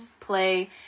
play